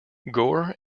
gore